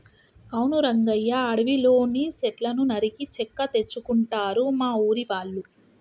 అవును రంగయ్య అడవిలోని సెట్లను నరికి చెక్క తెచ్చుకుంటారు మా ఊరి వాళ్ళు